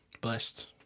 Blessed